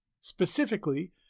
Specifically